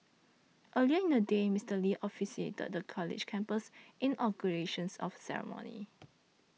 earlier in the day Mister Lee officiated the college's campus inaugurations of ceremony